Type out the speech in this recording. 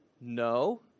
No